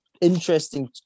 interesting